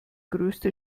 größte